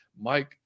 Mike